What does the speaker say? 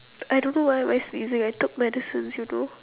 I don't know why am I sneezing I took medicines you know